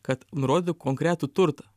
kad nurodytų konkretų turtą